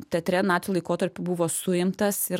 teatre nacių laikotarpiu buvo suimtas ir